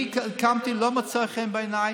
אני קמתי, לא מצא חן בעיניי.